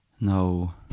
no